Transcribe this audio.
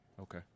Okay